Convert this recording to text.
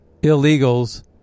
illegals